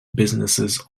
businesses